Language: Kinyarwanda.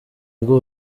bwo